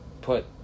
put